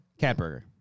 Catburger